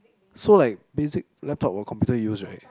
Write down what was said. so like basic laptop or computer use right